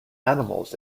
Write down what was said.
animals